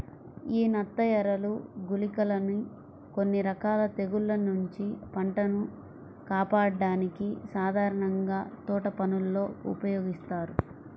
యీ నత్తఎరలు, గుళికలని కొన్ని రకాల తెగుల్ల నుంచి పంటను కాపాడ్డానికి సాధారణంగా తోటపనుల్లో ఉపయోగిత్తారు